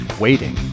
Waiting